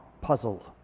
puzzle